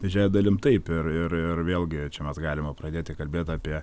didžiaja dalim taip ir ir ir vėlgi čia mes galima pradėti kalbėt apie